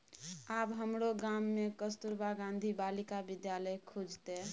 आब हमरो गाम मे कस्तूरबा गांधी बालिका विद्यालय खुजतै